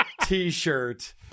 T-shirt